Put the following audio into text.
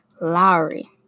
Lowry